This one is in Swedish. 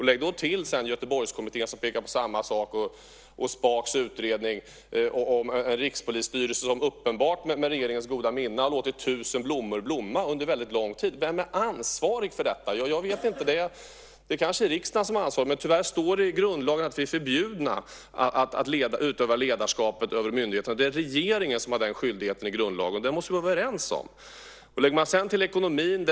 Lägg därtill Göteborgskommittén, som pekar på samma sak, och Spaks utredning om en rikspolisstyrelse som, uppenbart med regeringens goda minne, har låtit tusen blommor blomma under väldigt lång tid! Vem är ansvarig för detta? Ja, jag vet inte. Det kanske är riksdagen som är ansvarig, men tyvärr står det i grundlagen att vi är förbjudna att utöva ledarskap över myndigheterna. Det är regeringen som har den skyldigheten enligt grundlagen. Det måste vi vara överens om. Sedan kan vi lägga till ekonomin.